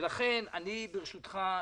ברשותך,